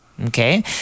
Okay